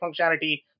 functionality